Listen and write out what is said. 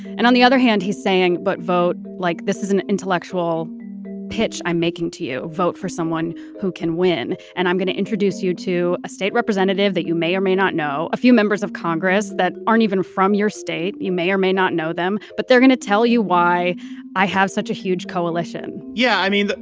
and on the other hand, he's saying, but vote like this is an intellectual pitch i'm making to you. vote for someone who can win. and i'm going to introduce you to a state representative that you may or may not know. a few members of congress that aren't even from your state. you may or may not know them, but they're going to tell you why i have such a huge coalition yeah, i mean,